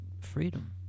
freedom